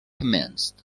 commenced